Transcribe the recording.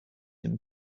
him